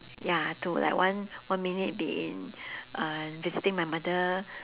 ya to like one one minute be in uh visiting my mother